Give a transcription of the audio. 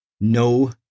no